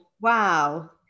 Wow